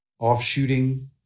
offshooting